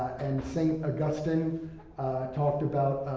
and saint augustine talked about,